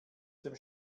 dem